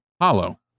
hollow